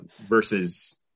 versus